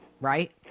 right